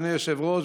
אדוני היושב-ראש,